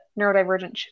neurodivergent